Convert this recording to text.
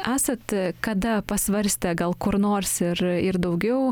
esat kada pasvarstę gal kur nors ir ir daugiau